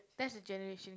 that's the generation